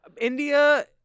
India